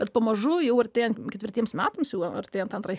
bet pamažu jau arti ketvirtiems metams juo artėjant antrai